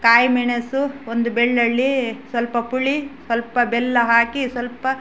ಕಾಯಿ ಮೆಣಸು ಒಂದು ಬೆಳ್ಳುಳ್ಳಿ ಸ್ವಲ್ಪ ಪುಳಿ ಸ್ವಲ್ಪ ಬೆಲ್ಲ ಹಾಕಿ ಸ್ವಲ್ಪ